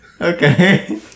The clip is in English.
Okay